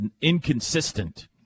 inconsistent